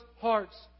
hearts